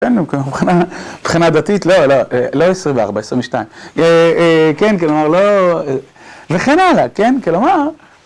כן, מבחינה דתית, לא, לא, לא עשרים וארבע, עשרים ושתיים, כן, כלומר, לא, וכן הלאה, כן, כלומר.